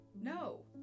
No